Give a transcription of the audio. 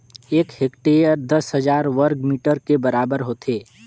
एक हेक्टेयर दस हजार वर्ग मीटर के बराबर होथे